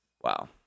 Wow